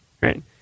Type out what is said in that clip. right